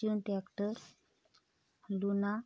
arjun tractor luna